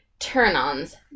Turn-ons